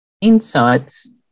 insights